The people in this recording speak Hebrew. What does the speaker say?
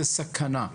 זו סכנה.